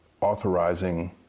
authorizing